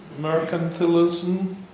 mercantilism